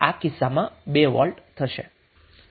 જે આ કિસ્સામાં 2 વોલ્ટ થશે